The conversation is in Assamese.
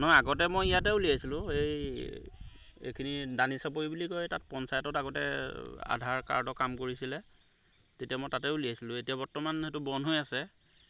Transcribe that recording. নহয় আগতে মই ইয়াতেই উলিয়াইছিলোঁ এই এইখিনি দানীচাপৰি বুলি কয় তাত পঞ্চায়তত আগতে আধাৰ কাৰ্ডৰ কাম কৰিছিলে তেতিয়া মই তাতেই উলিয়াইছিলোঁ এতিয়া বৰ্তমান সেইটো বন্ধ হৈ আছে